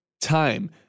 time